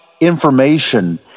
information